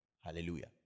Hallelujah